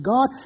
God